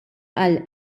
għal